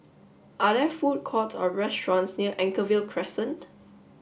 are there food courts or restaurants near Anchorvale Crescent